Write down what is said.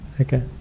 Okay